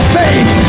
faith